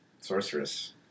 sorceress